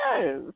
Yes